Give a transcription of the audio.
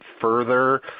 further